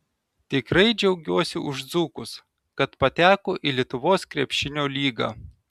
tikrai džiaugiuosi už dzūkus kad pateko į lietuvos krepšinio lygą